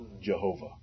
Jehovah